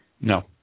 No